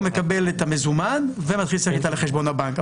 הוא מקבל את המזומן ומתחיל סל קליטה לחשבון הבנק,